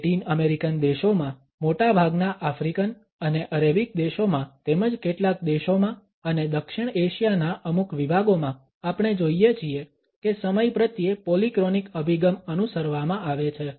Latin American દેશોમાં મોટાભાગના African અને અરેબિક દેશોમાં તેમજ કેટલાક દેશોમાં અને દક્ષિણ એશિયાના અમુક વિભાગોમાં આપણે જોઈએ છીએ કે સમય પ્રત્યે પોલિક્રોનિક અભિગમ અનુસરવામાં આવે છે